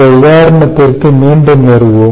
இந்த உதாரணத்திற்கு மீண்டும் வருவோம்